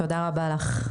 תודה רבה לך.